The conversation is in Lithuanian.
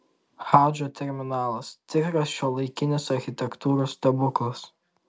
hadžo terminalas tikras šiuolaikinės architektūros stebuklas